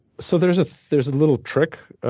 so there's ah there's a little trick,